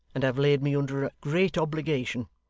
and have laid me under a great obligation.